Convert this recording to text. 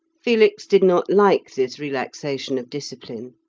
felix did not like this relaxation of discipline.